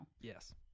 Yes